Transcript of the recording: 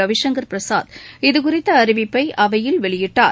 ரவிசங்கர் பிரசாத் இது குறித்த அறிவிப்பை அவையில் வெளியிட்டார்